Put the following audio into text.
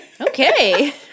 Okay